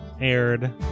aired